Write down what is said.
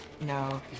No